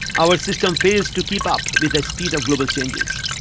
our system fails to keep up with the speed of global changes.